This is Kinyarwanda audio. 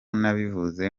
nabivuze